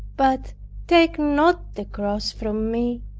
but take not the cross from me.